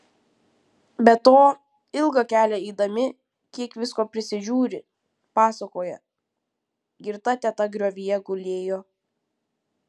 be to ilgą kelią eidami kiek visko prisižiūri pasakoja girta teta griovyje gulėjo